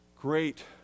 great